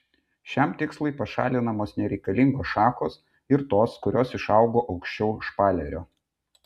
šiam tikslui pašalinamos nereikalingos šakos ir tos kurios išaugo aukščiau špalerio